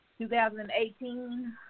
2018